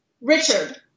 Richard